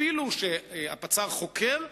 אפילו שהפצ"ר חוקר,